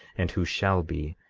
and who shall be,